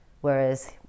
Whereas